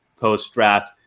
post-draft